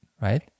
right